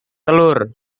telur